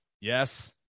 Yes